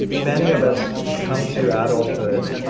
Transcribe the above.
many of us come to adulthood